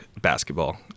basketball